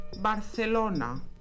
Barcelona